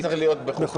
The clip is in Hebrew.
זה צריך להיות בחוקה.